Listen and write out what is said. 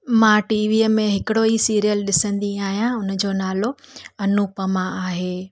मां टीवीअ में हिकिड़ो ई सीरिअल ॾिसंदी आहियां हुनजो नालो अनुपमा आहे